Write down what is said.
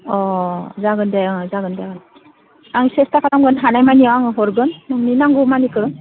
अ जागोन दे अ जागोन जागोन आं सेस्था खालामगोन हानायमानि आं हरगोन नोंनि नांगौमानिखौ